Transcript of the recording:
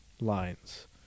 lines